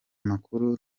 makuru